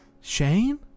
Shane